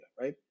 Right